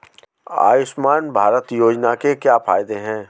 आयुष्मान भारत योजना के क्या फायदे हैं?